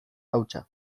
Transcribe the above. hautsa